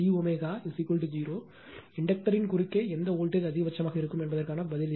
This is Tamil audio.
d VLd ω0 இண்டக்டர்யின் குறுக்கே எந்த வோல்ட்டேஜ் அதிகபட்சமாக இருக்கும் என்பதற்கான பதில் இது